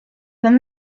than